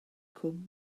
cwm